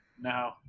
no